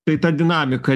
tai ta dinamika